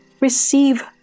Receive